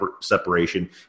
separation